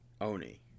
Oni